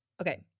okay